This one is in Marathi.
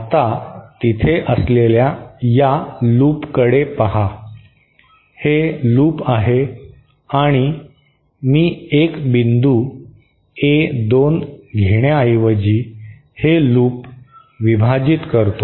आता तिथे असलेल्या या लूपकडे पहा हे लूप आहे आणि मी एक बिंदू ए 2 घेण्याऐवजी हे लूप विभाजित करतो